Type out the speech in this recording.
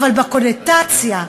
אבל בקונוטציה,